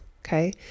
Okay